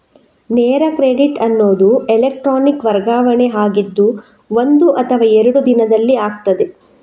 ನೇರ ಕ್ರೆಡಿಟ್ ಅನ್ನುದು ಎಲೆಕ್ಟ್ರಾನಿಕ್ ವರ್ಗಾವಣೆ ಆಗಿದ್ದು ಒಂದು ಅಥವಾ ಎರಡು ದಿನದಲ್ಲಿ ಆಗ್ತದೆ